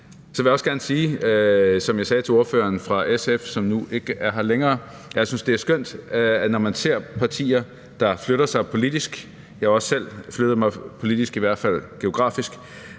jeg også gerne sige – som jeg sagde til ordføreren for SF, som nu ikke er her længere – at jeg synes, det er skønt, når man ser partier, der flytter sig politisk – jeg har også selv flyttet mig politisk, i hvert fald geografisk